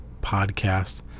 Podcast